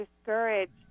discouraged